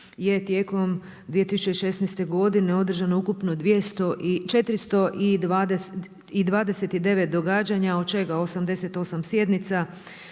je tijekom 2016. godine održano ukupno 429 događanja od čega 88 sjednica